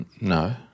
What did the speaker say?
No